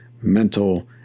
mental